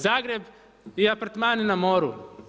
Zagreb i apartmani na moru.